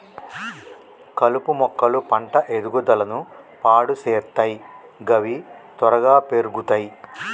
కలుపు మొక్కలు పంట ఎదుగుదలను పాడు సేత్తయ్ గవి త్వరగా పెర్గుతయ్